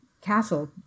castle